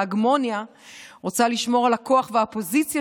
ההגמוניה רוצה לשמור על הכוח והפוזיציה